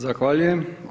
Zahvaljujem.